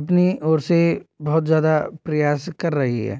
अपनी ओर से बहुत ज़्यादा प्रयास कर रही है